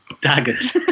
daggers